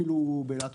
ואפילו באילת.